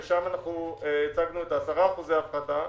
ושם הצגנו את ה-10% הפחתה.